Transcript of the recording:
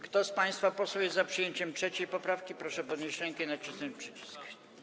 Kto z państwa posłów jest za przyjęciem 3. poprawki, proszę podnieść rękę i nacisnąć przycisk.